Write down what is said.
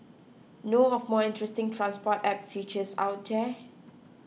know of more interesting transport app features out there